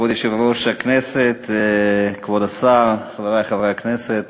כבוד היושב-ראש, כבוד השר, חברי חברי הכנסת,